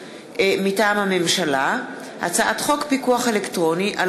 מטעם הממשלה: הצעת חוק פיקוח אלקטרוני על